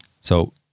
So-